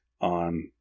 on